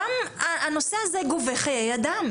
גם הנושא הזה גובה חיי אדם,